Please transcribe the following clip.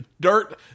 Dirt